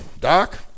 Doc